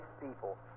people